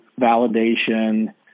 validation